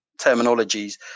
terminologies